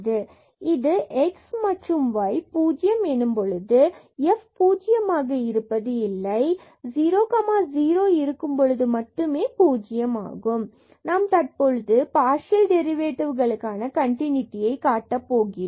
எனவே இது x மற்றும் y பூஜ்ஜியம் எனும்பொழுது f பூஜ்ஜியமாக இருப்பது இல்லை 00 இருக்கும்போது மட்டும் பூஜ்யம் ஆகும் நாம் தற்பொழுது பார்சியல் டெரிவேட்டிவ்களுக்கான கன்டினுடியை காட்டப் போகிறோம்